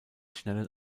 schnellen